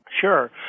Sure